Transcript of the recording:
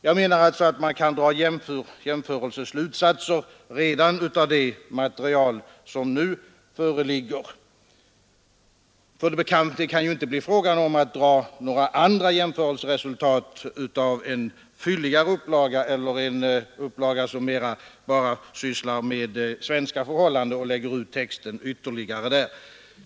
Jag menar alltså att man kan dra jämförande slutsatser redan av det material som nu föreligger. Det kan ju inte bli fråga om att få några andra jämförelseresultat av en fylligare upplaga eller av en upplaga som mera sysslar med enbart svenska förhållanden och som lägger ut texten ytterligare.